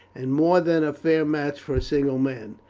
and more than a fair match for a single man.